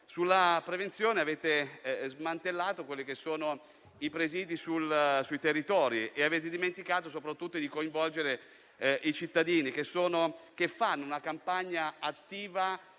alla prevenzione, avete smantellato i presidi sui territori e avete dimenticato soprattutto di coinvolgere i cittadini, che fanno una campagna attiva